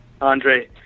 Andre